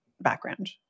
background